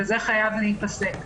זה חייב להיפסק.